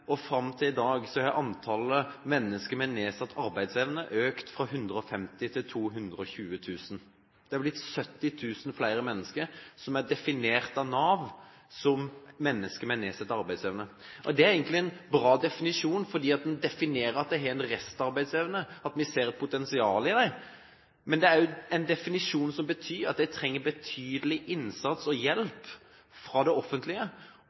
og fram til i dag er antallet mennesker med nedsatt arbeidsevne økt fra 150 000 til 220 000. Det har blitt 70 000 flere mennesker som er definert av Nav som mennesker med nedsatt arbeidsevne. Det er egentlig en bra definisjon, for det definerer at vi har en restarbeidsevne, at vi ser et potensial i dem. Men det er en definisjon som betyr at det trengs en betydelig innsats og hjelp fra det offentlige,